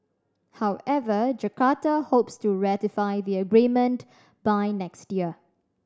however Jakarta hopes to ratify the agreement by next year